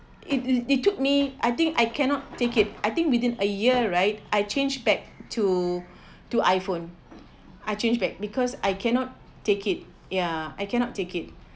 it it it took me I think I cannot take it I think within a year right I change back to to iphone I change back because I cannot take it ya I cannot take it